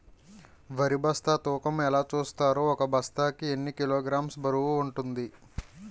వరి బస్తా తూకం ఎలా చూస్తారు? ఒక బస్తా కి ఎన్ని కిలోగ్రామ్స్ బరువు వుంటుంది?